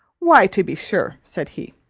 why, to be sure, said he,